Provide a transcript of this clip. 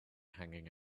hanging